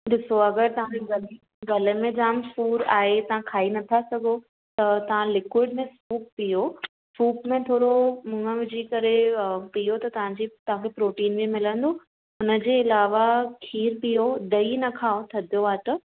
ॾिसो अगरि तव्हां खे गले गले में जाम सूरु आहे तव्हां खाई नथो सघो त तव्हां लिक्विड में सूप पीयो सूप में थोरो मूङ विझी करे पियो त तव्हां जी तव्हां खे प्रोटीन बि मिलंदो हुन जे अलावा खीरु पीयो दही न खाओ थधो आहे त